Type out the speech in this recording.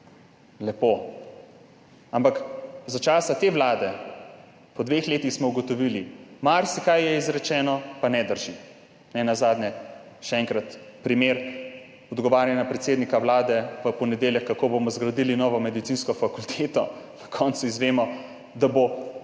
Lepo, ampak za časa te Vlade, po dveh letih smo ugotovili: marsikaj je izrečeno, pa ne drži. Nenazadnje še enkrat primer odgovarjanja predsednika Vlade v ponedeljek, kako bomo zgradili novo medicinsko fakulteto, na koncu izvemo, da bo to